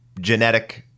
genetic